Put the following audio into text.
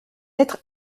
être